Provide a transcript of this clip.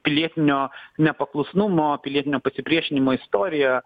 pilietinio nepaklusnumo pilietinio pasipriešinimo istoriją